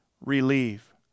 relieve